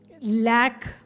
lack